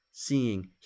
Seeing